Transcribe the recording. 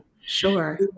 Sure